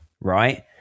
Right